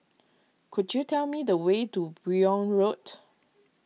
could you tell me the way to Buyong Road